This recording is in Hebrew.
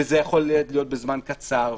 וזה יכול להיות בזמן קצר,